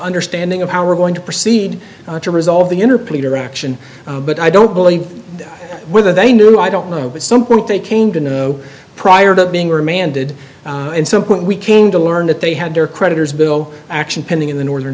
understanding of how we're going to proceed to resolve the interplay direction but i don't believe whether they knew i don't know at some point they came to prior to being remanded and so when we came to learn that they had their creditors bill no action pending in the northern